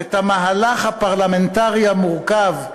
את המהלך הפרלמנטרי המורכב,